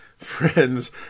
Friends